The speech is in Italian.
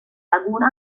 laguna